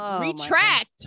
Retract